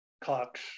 Cox